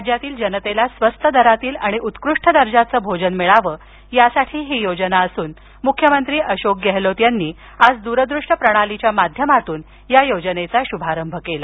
राज्यातील जनतेला स्वस्त दरातील आणि उत्कृष्ट दर्जाचं भोजन मिळावं यासाठी ही योजना असून मुख्यमंत्री अशोक गेहलोत यांनी आज दूरदृश्य प्रणालीच्या माध्यमातून या योजनेचा शुभारंभ केला